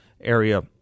area